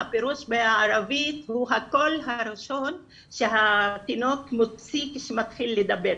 הפירוש בערבית הוא הקול הראשון שהתינוק מוציא כשהוא מתחיל לדבר.